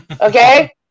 okay